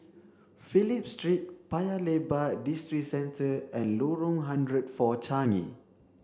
Phillip Street Paya Lebar Districentre and Lorong hundred four Changi